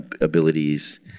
abilities